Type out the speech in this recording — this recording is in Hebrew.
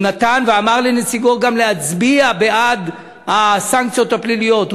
הוא גם נתן ואמר לנציגו להצביע בעד הסנקציות הפליליות.